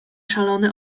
szalone